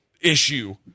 issue